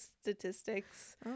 statistics